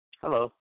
Hello